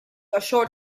assured